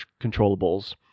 controllables